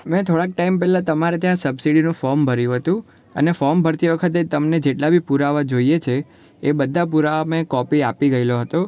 મેં થોડાક ટાઈમ પહેલાં તમારે ત્યાં સબસીડીનું ફોમ ભર્યું હતું અને ફોર્મ ભરતી વખતે તમને જેટલા બિ પુરાવા જોઈએ છે એ બધા પુરાવા મેં કોપી આપી ગયેલો હતો